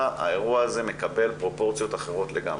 האירוע הזה מקבל פרופורציות אחרות לגמרי.